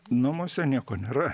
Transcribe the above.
namuose nieko nėra